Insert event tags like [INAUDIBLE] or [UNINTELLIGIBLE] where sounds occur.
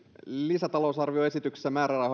lisätalousarvioesityksessä määrärahoja [UNINTELLIGIBLE]